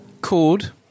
called